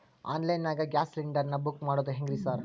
Online ನಾಗ gas cylinder ನಾ book ಮಾಡೋದ್ ಹೆಂಗ್ರಿ ಸಾರ್?